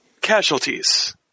casualties